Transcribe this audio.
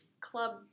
club